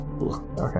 Okay